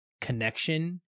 connection